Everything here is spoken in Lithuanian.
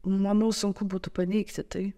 manau sunku būtų paneigti tai